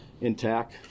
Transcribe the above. intact